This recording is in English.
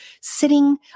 sitting